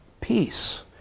peace